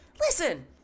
Listen